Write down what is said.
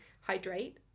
hydrate